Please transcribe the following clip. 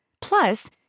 Plus